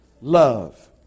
love